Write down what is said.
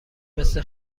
مثل